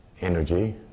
energy